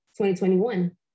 2021